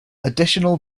additional